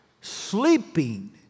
Sleeping